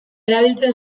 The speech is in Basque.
erabiltzen